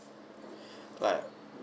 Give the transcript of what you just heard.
like